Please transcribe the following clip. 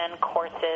courses